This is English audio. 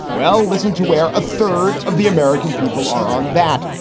well, listen to where a third of the american people are on that.